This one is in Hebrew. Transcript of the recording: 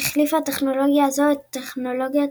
החליפה הטכנולוגיה הזו את הטכנולוגיה